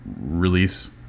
release